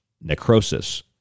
necrosis